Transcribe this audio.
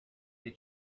dei